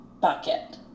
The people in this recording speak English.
bucket